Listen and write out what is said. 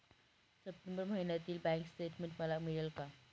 September महिन्यातील bank statement मला मिळेल का?